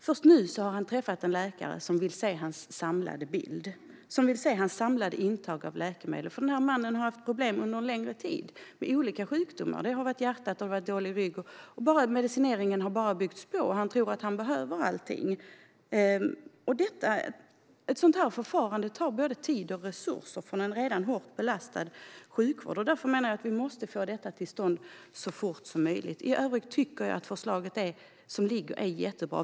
Först nu har mannen träffat en läkare som vill se hans samlade intag av läkemedel. Mannen har haft problem under en längre tid med olika sjukdomar - hjärtat, dålig rygg. Medicineringen har byggts på, och han tror att han behöver alla mediciner. Ett sådant förfarande tar både tid och resurser från en redan hårt belastad sjukvård. Därför måste vi få reformen till stånd så fort som möjligt. I övrigt tycker jag att det liggande förslaget är mycket bra.